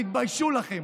תתביישו לכם.